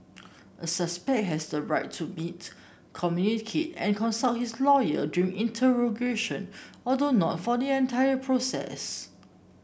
a suspect has the right to meet communicate and consult his lawyer during interrogation although not for the entire process